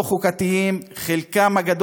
לא חוקתיים,